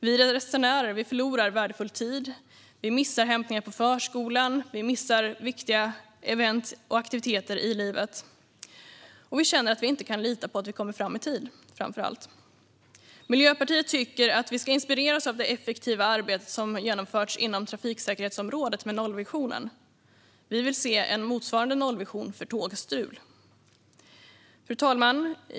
Vi resenärer förlorar värdefull tid. Vi missar hämtningar på förskolan. Vi missar viktiga event och aktiviteter i livet. Och vi känner framför allt att vi inte kan lita på att vi kommer fram i tid. Miljöpartiet tycker att vi ska inspireras av det effektiva arbete som genomförts på trafiksäkerhetsområdet med nollvisionen. Vi vill se en motsvarande nollvision för tågstrul. Fru talman!